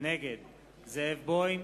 נגד זאב בוים,